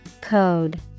Code